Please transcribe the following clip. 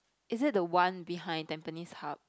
is it the one behind tampines Hub